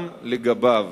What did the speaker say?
גם לגביו